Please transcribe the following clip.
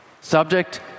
subject